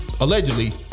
allegedly